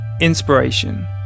inspiration